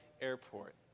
airport